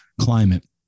climate